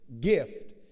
gift